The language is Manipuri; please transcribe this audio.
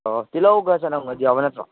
ꯑꯣ ꯇꯤꯜꯍꯧꯒ ꯆꯅꯝꯒꯗꯤ ꯌꯥꯎꯕ ꯅꯠꯇ꯭ꯔꯣ